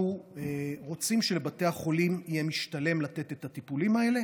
אנחנו רוצים שלבתי החולים יהיה משתלם לתת את הטיפולים האלה